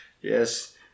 Yes